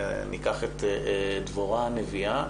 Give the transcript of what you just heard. אם ניקח את דבורה הנביאה,